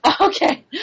Okay